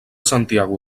santiago